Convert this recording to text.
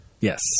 yes